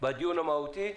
בדיון המהותי,